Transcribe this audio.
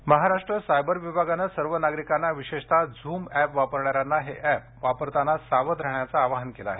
zoom app Maharashtra cyber विभागाने सर्व नागरिकांना विशेष करून झूम एप वापरणाऱ्यांना हे एप वापरताना सावध राहण्याचे आवाहन केले आहे